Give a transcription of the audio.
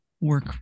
work